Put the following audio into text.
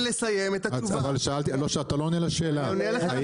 אבל אתה לא עונה על השאלה,